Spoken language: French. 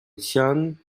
xian